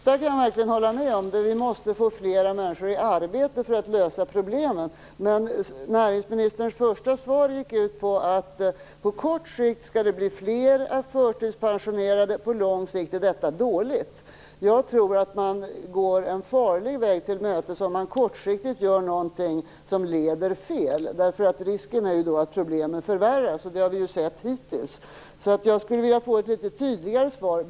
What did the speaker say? Fru talman! Det sista kan jag verkligen hålla med om: Vi måste få flera människor i arbete för att lösa problemen. Men näringsministerns första svar gick ut på att det på kort sikt skall bli flera förtidspensionerade och att detta på lång sikt är dåligt. Jag tror att man går en farlig väg om man kortsiktigt gör någonting som leder fel. Risken är då att problemen förvärras, och det har vi ju sett hittills. Jag skulle alltså vilja få ett tydligare svar.